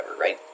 right